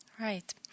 Right